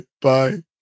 Bye